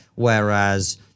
whereas